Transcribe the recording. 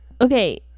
Okay